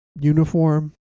uniform